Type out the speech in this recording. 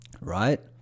right